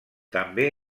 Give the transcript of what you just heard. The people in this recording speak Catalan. també